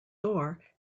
door